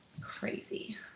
Crazy